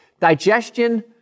Digestion